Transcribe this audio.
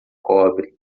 cobre